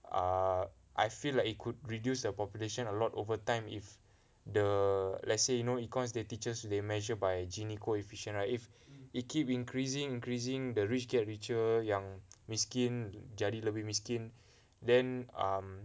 err I feel like it could reduce their population a lot overtime if the let's say you know econs they teach us they measure by gini coefficient right if it keep increasing increasing the rich get richer yang miskin jadi lebih miskin then um